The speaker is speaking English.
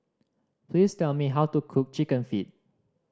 please tell me how to cook Chicken Feet